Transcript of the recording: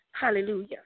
hallelujah